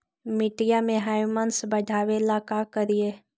मिट्टियां में ह्यूमस बढ़ाबेला का करिए?